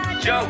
Joe